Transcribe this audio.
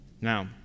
Now